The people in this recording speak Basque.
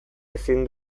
ezin